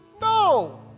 No